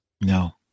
No